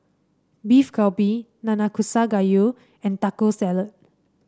Beef Galbi Nanakusa Gayu and Taco Salad